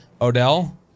Odell